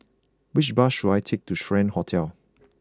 which bus should I take to Strand Hotel